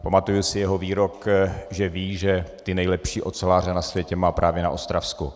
Pamatuji si jeho výrok, že ví, že ty nejlepší oceláře na světě má právě na Ostravsku.